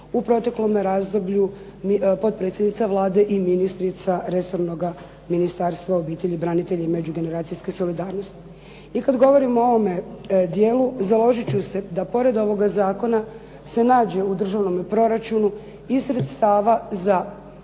u proteklome razdoblju potpredsjednica Vlade i ministrica resornoga Ministarstva obitelji, branitelja i međugeneracijske solidarnosti. I kad govorim o ovome dijelu založit ću se da pored ovoga zakona se nađe u državnome proračunu i sredstava